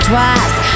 Twice